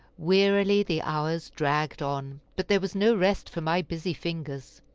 wearily the hours dragged on, but there was no rest for my busy fingers.